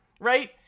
right